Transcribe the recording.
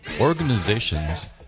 organizations